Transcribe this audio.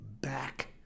back